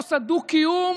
אתוס הדו-קיום